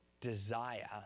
desire